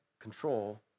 control